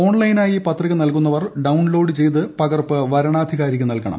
ഓൺലൈനായി പത്രിക നൽകുന്നവർ ഡൌൺലോഡ് ചെയ്ത് പകർപ്പ് വരണാധികാരിക്ക് നൽകണം